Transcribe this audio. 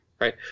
right